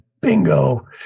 bingo